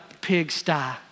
pigsty